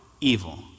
Evil